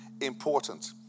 important